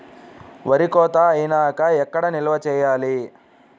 వరి కోత అయినాక ఎక్కడ నిల్వ చేయాలి?